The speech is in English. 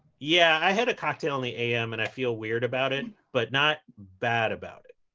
yeah, i had a cocktail in the am and i feel weird about it but not bad about it.